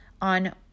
on